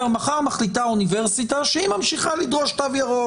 מחר מחליטה אוניברסיטה שהיא ממשיכה לדרוש תו ירוק